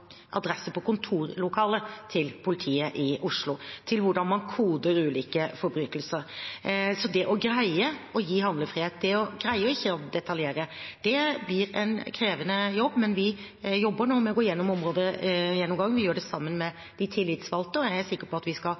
på kontorlokalene til politiet i Oslo til hvordan man koder ulike forbrytelser. Så det å greie å gi handlefrihet, det å greie å ikke detaljere, blir en krevende jobb, men vi jobber nå med å gå igjennom områdegjennomgangen. Vi gjør det sammen med de tillitsvalgte, og jeg er sikker på at vi skal